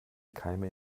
keime